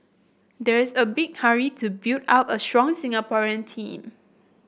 there's a big hurry to build up a strong Singaporean team